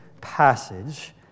passage